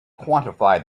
quantify